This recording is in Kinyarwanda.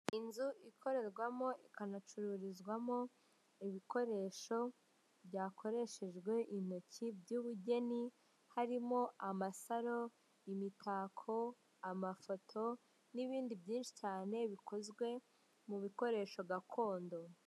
Inzu ikorerwamo ikanacururizwamo ibikoresho byakoreshejwe intoki, by'ubugeni, harimo amasaro, imitako, amafoto, n'ibindi byinshi cyane bikozwe mu bikoresho gakondo.